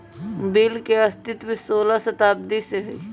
bill के अस्तित्व सोलह शताब्दी से हइ